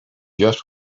just